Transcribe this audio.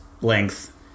length